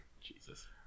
Jesus